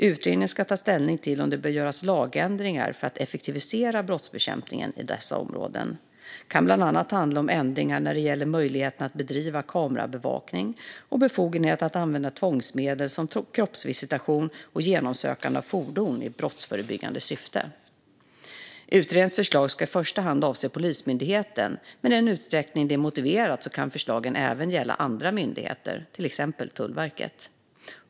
Utredningen ska ta ställning till om det bör göras lagändringar för att effektivisera brottsbekämpningen i dessa områden. Det kan bland annat handla om ändringar när det gäller möjligheten att bedriva kamerabevakning och befogenheten att använda tvångsmedel som kroppsvisitation och genomsökande av fordon i brottsförebyggande syfte. Utredningens förslag ska i första hand avse Polismyndigheten, men i den utsträckning det är motiverat kan förslagen även gälla andra myndigheter, till exempel Tullverket.